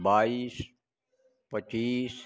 बाईस पचीस